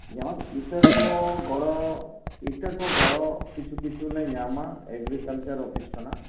ᱡᱮᱢᱚᱱ ᱤᱛᱟᱹ ᱠᱚ ᱜᱚᱲᱚ ᱤᱛᱟᱹ ᱠᱚ ᱜᱚᱲᱟ ᱠᱩᱪᱷᱩ ᱠᱤᱪᱷᱩ ᱞᱮ ᱧᱟᱢᱟ ᱮᱜᱨᱤᱠᱟᱞᱪᱟᱨ ᱚᱯᱷᱤᱥ ᱠᱷᱚᱱᱟᱜ